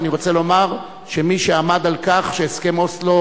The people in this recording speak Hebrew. אני רוצה לומר שמי שעמד על כך שהסכם אוסלו